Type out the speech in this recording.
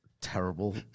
Terrible